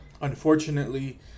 Unfortunately